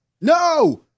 No